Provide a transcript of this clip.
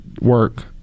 work